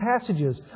passages